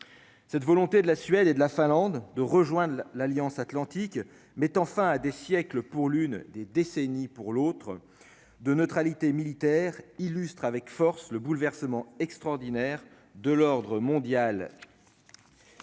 cette volonté de la Suède et de la Finlande, de rejoindre l'Alliance Atlantique, mettant fin à des siècles pour l'une des décennies pour l'autre de neutralité militaire illustre avec force le bouleversement extraordinaire de l'ordre mondial.